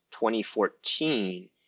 2014